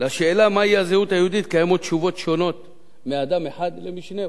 לשאלה מהי הזהות היהודית קיימות תשובות שונות מאדם אחד למשנהו.